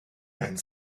and